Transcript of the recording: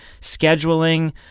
scheduling